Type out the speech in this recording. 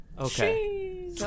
Okay